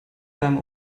beim